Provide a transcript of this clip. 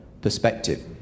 perspective